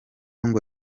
ngo